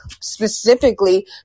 specifically